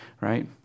right